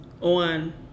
on